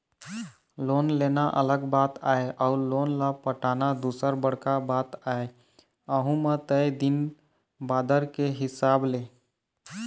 loan लेना अलग बात आय अउ लोन ल पटाना दूसर बड़का बात आय अहूँ म तय दिन बादर के हिसाब ले